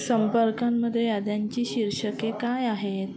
संपर्कांमध्ये याद्यांची शीर्षके काय आहेत